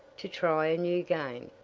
to try a new game.